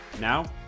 Now